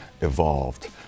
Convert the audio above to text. evolved